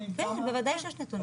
בוודאי שיש נתונים.